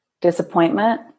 Disappointment